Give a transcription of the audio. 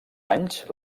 anys